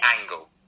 angle